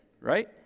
right